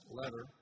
letter